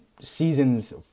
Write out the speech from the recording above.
Seasons